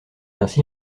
ainsi